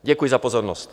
Děkuji za pozornost.